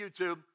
YouTube